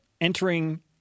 Entering